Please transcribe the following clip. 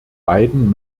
beiden